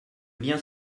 bien